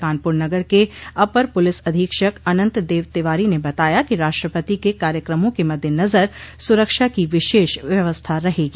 कानपुर नगर के अपर पुलिस अधीक्षक अनन्त देव तिवारी ने बताया कि राष्ट्रपति के कार्यक्रमों के मद्देनजर सुरक्षा की विशेष व्यवस्था रहेगी